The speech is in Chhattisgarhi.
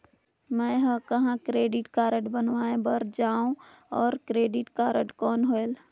मैं ह कहाँ क्रेडिट कारड बनवाय बार जाओ? और क्रेडिट कौन होएल??